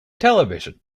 television